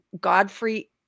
Godfrey